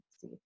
see